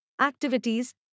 activities